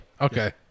Okay